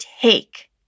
take